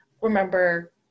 remember